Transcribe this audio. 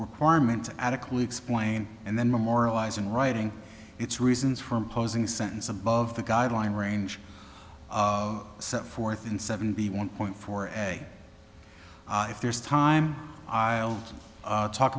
requirement to adequately explain and then memorialize in writing its reasons for imposing sentence above the guideline range of set forth in seventy one point four and if there's time i'll talk